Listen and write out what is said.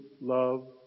love